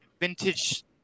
vintage